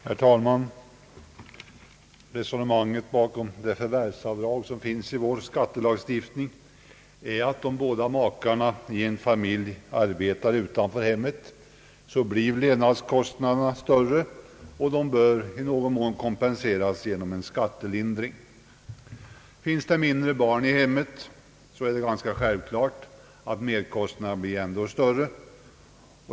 Herr talman! Resonemanget bakom det förvärvsavdrag som finns i vår skattelagstiftning är att om de båda makarna i en familj arbetar utanför hemmet blir levnadskostnaderna större, och de bör i någon mån kompenseras genom en skattelindring. Finns det mindre barn i hemmet är det ganska självklart att merkostnaderna blir ännu större.